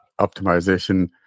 optimization